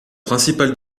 principal